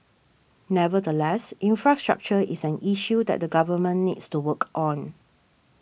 nevertheless infrastructure is an issue that the government needs to work on